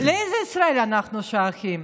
לאיזו ישראל אנחנו שייכים?